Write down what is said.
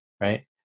right